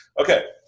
Okay